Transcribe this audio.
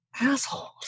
Assholes